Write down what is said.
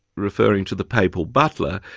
referring to the papal butler,